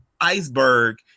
iceberg